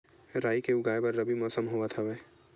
राई के उगाए बर रबी मौसम होवत हवय?